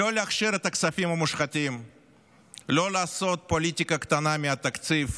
אשתי עובדת במעיין החינוך התורני,